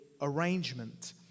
arrangement